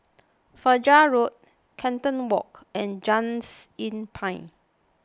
Fajar Road Carlton Walk and Just Inn Pine